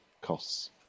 costs